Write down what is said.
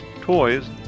Toys